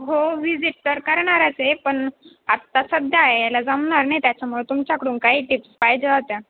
हो व्हिजिट तर करणारच आहे पण आत्ता सध्या यायला जामणार नाही त्याच्यामुळं तुमच्याकडून काही टिप्स पाहिजे होत्या